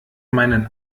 meinen